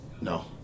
No